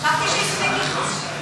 חשבתי שהספיק לך.